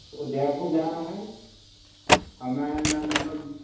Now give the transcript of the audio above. तो जयपुर जाना है हमें लगभग